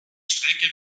strecke